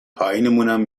پایینمونم